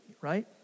right